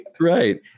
Right